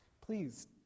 Please